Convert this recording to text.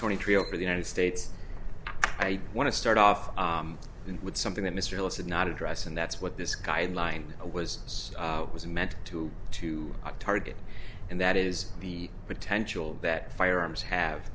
twenty three of the united states i want to start off with something that mr ellison not address and that's what this guideline was this was meant to to target and that is the potential that firearms have